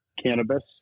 cannabis